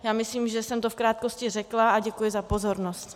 Já myslím, že jsem to v krátkosti řekla, a děkuji za pozornost.